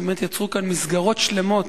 באמת יצרו כאן מסגרות שונות